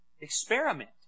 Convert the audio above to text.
Experiment